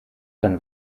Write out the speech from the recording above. dann